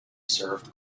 served